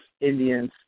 Indians